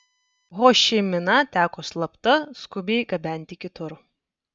ho ši miną teko slapta skubiai gabenti kitur